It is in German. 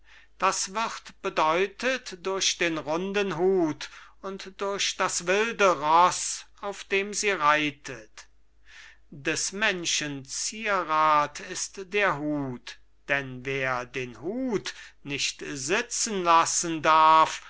das wird bedeutet durch den runden hut und durch das wilde roß auf dem sie reitet des menschen zierat ist der hut denn wer den hut nicht sitzenlassen darf